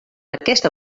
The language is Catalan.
aquesta